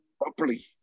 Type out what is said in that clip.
properly